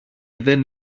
δεν